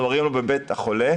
אנחנו מראים לו בבית החולה.